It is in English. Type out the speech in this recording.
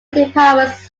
departments